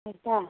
ಆಯಿತಾ